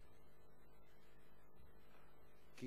כי